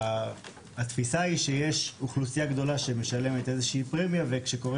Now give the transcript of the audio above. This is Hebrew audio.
התפיסה היא שיש אוכלוסייה גדולה שמשלמת איזושהי פרמיה וכשקורה